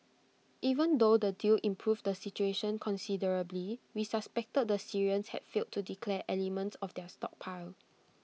even though the deal improved the situation considerably we suspected the Syrians had failed to declare elements of their stockpile